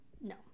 No